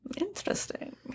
Interesting